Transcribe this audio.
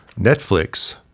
Netflix